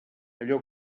allò